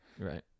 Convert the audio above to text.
Right